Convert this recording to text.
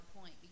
point